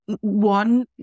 one